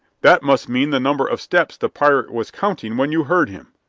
that must mean the number of steps the pirate was counting when you heard him.